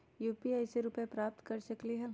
UPI से रुपए प्राप्त कर सकलीहल?